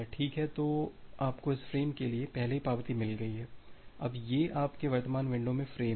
ठीक है तो आपको इस फ़्रेम के लिए पहले ही पावती मिल गई है अब ये आपके वर्तमान विंडो में फ़्रेम हैं